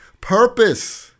purpose